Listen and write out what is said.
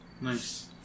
Nice